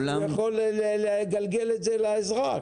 הן יכולות לגלגל את זה לאזרח.